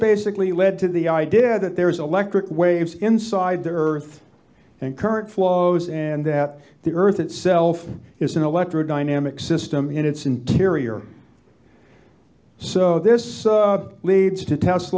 basically lead to the i did that there is electric waves inside the earth and current flows and that the earth itself is an electro dynamic system in its interior so this leads to